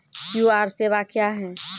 QR सेवा क्या हैं?